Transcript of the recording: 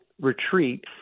retreat